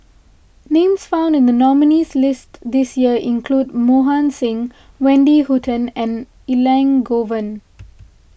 names found in the nominees' list this year include Mohan Singh Wendy Hutton and Elangovan